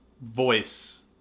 voice